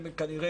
כנראה,